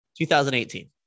2018